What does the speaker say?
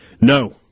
no